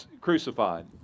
crucified